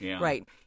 Right